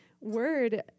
word